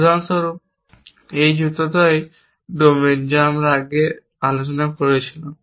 উদাহরণস্বরূপ এই জুতা টাই ডোমেন যা আমরা আগে আলোচনা করেছিলাম